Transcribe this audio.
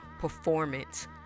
performance